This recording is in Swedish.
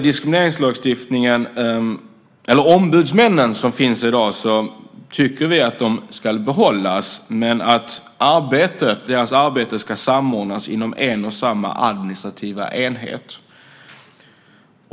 De ombudsmän som finns i dag vill vi behålla, men vi tycker att deras arbete ska samordnas inom en och samma administrativa enhet.